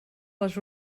les